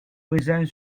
présent